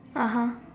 (uh huh)